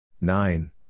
Nine